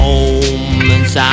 moments